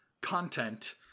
content